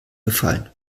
gefallen